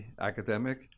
academic